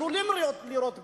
עלולים לירות בך.